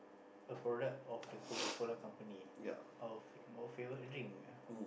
a product of the Coca-Cola Company our fav~ our favorite drink ah